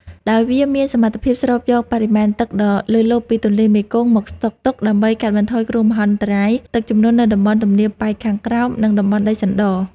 ដោយវាមានសមត្ថភាពស្រូបយកបរិមាណទឹកដ៏លើសលប់ពីទន្លេមេគង្គមកស្តុកទុក ដើម្បីកាត់បន្ថយគ្រោះមហន្តរាយទឹកជំនន់នៅតំបន់ទំនាបប៉ែកខាងក្រោម និងតំបន់ដីសណ្ដ។